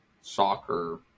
soccer